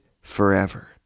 forever